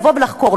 לבוא ולחקור.